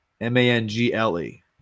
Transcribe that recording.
M-A-N-G-L-E